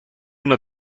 una